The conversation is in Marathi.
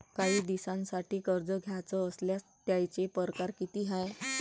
कायी दिसांसाठी कर्ज घ्याचं असल्यास त्यायचे परकार किती हाय?